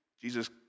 Jesus